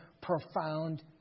profound